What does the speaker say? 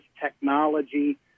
technology